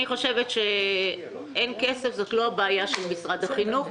אני חושבת ש"אין כסף" זאת לא הבעיה של משרד החינוך,